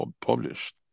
published